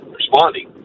responding